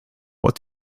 what